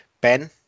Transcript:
Ben